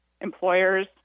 employers